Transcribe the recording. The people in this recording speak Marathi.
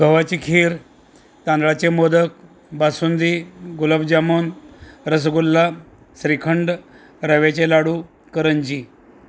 गव्हाची खीर तांदळाचे मोदक बासुंदी गुलाबजामून रसगुल्ला श्रीखंड रव्याचे लाडू करंजी